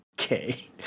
Okay